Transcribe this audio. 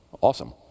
Awesome